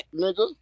nigga